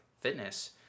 fitness